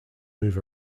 move